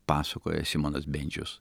pasakoja simonas bendžius